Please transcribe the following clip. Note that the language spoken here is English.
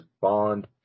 bond